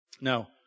Now